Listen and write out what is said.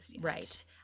right